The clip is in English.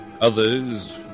others